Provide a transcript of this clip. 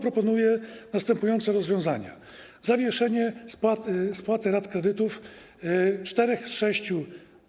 Proponuje następujące rozwiązania: zawieszenie spłaty rat kredytów czterech z sześciu